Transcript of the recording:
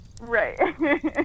Right